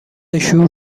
شور